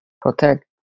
protect